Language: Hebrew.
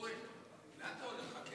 אורי, לאן אתה הולך?